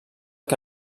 que